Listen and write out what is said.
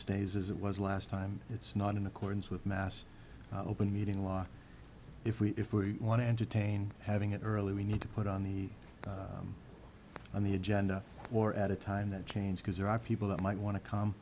stays as it was last time it's not in accordance with mass open meeting law if we if we want to entertain having it early we need to put on the on the agenda or at a time that change because there are people that might want to c